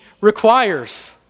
requires